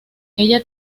ella